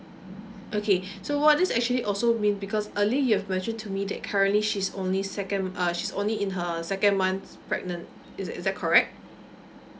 okay so what this actually also mean because early you have mentioned to me that currently she's only second uh she's only in her second month pregnant is is that correct